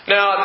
Now